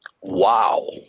Wow